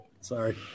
sorry